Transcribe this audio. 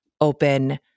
open